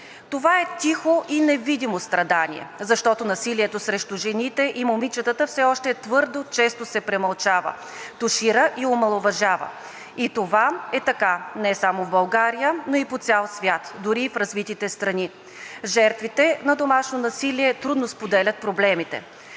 Това е тихо и невидимо страдание, защото насилието срещу жените и момичетата все още твърде често се премълчава, тушира и омаловажава и това е така не само в България, но и по цял свят, дори и в развитите страни. Жертвите на домашното насилие трудно споделят проблемите.